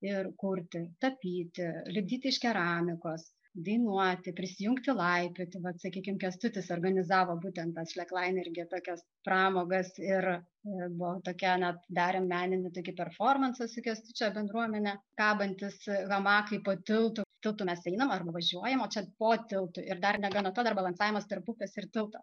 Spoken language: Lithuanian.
ir kurti tapyti lipdyti iš keramikos dainuoti prisijungti laipioti vat sakykim kęstutis organizavo būtent tas sleklain irgi tokias pramogas ir ir buvo tokia net darėm meninį tokį performansą su kęstučio bendruomene kabantys hamakai po tiltu tiltu mes einam ar važiuojam čia po tiltu ir dar negana to dar balansavimas tarp upės ir tilto